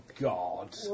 god